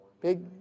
Big